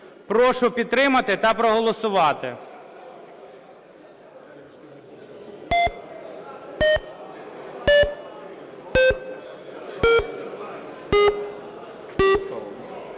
Прошу підтримати та проголосувати.